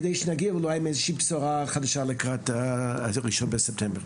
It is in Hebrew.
כדי שנגיע לאיזו שהיא בשורה חדשה לקראת ראשון בספטמבר.